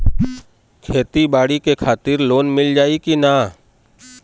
खेती बाडी के खातिर लोन मिल जाई किना?